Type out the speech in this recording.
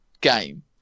game